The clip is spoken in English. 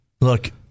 look